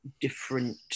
different